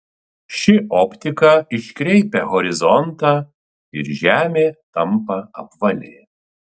ši optika iškreipia horizontą ir žemė tampa apvali